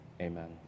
amen